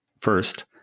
first